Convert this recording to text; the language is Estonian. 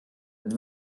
nad